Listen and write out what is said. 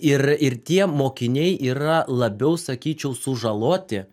ir ir tie mokiniai yra labiau sakyčiau sužaloti